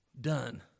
done